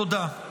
תודה.